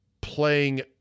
playing